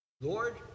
lord